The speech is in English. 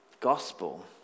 gospel